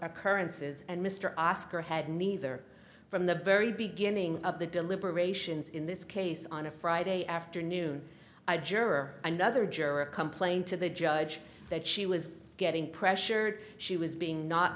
occurrences and mr oscar had neither from the very beginning of the deliberations in this case on a friday afternoon i juror another juror complained to the judge that she was getting pressured she was being not